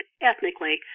ethnically